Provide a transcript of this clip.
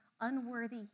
unworthy